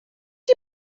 یکی